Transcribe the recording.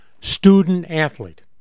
student-athlete